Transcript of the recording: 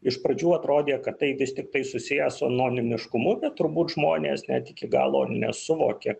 iš pradžių atrodė kad tai vis tiktai susiję su anonimiškumu bet turbūt žmonės net iki galo nesuvokė